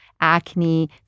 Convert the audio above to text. acne